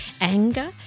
Anger